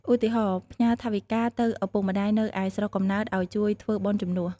ឧទាហរណ៍ ផ្ញើថវិកាទៅឪពុកម្ដាយនៅឯស្រុកកំណើតឱ្យជួយធ្វើបុណ្យជំនួស។